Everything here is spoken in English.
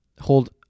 hold